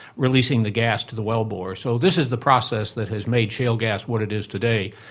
releasing the gas to the well bore. so this is the process that has made shale gas what it is today,